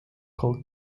call